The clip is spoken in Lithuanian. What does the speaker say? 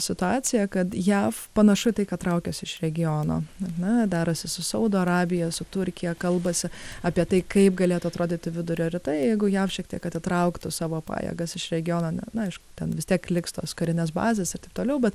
situacija kad jav panašu į tai kad traukiasi iš regiono na derasi su saudo arabija su turkija kalbasi apie tai kaip galėtų atrodyti vidurio rytai jeigu jav šiek tiek atitrauktų savo pajėgas iš regiono ne na aišku ten vis tiek liks tos karinės bazės ir taip toliau bet